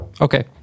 okay